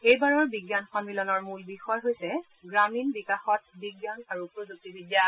এই বিজ্ঞান সম্মিলনৰ মূল বিষয় হৈছে গ্ৰামীণ বিকাশত বিজ্ঞান আৰু প্ৰযুক্তিবিদ্যা